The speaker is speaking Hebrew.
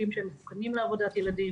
ענפים שהם לא לעבודת ילדים.